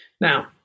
Now